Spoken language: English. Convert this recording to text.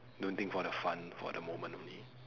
don't think for the fun for the moment only